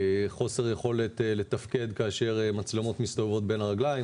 חוסר יכולת לתפקד כאשר מצלמות מסתובבות בין הרגליים,